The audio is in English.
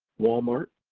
walmart,